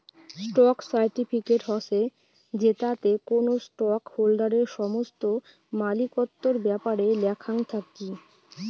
stock certificate হসে জেতাতে কোনো স্টক হোল্ডারের সমস্ত মালিকত্বর ব্যাপারে লেখাং থাকি